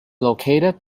located